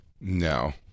No